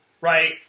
right